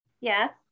Yes